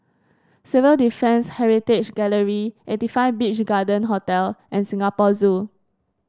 Civil Defence Heritage Gallery eighty five Beach Garden Hotel and Singapore Zoo